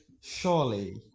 Surely